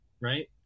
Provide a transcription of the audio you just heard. right